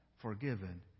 forgiven